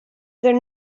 there